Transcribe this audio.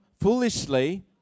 foolishly